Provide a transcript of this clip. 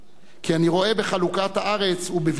כי אני רואה בחלוקת הארץ ובוויתור על